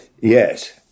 Yes